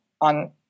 on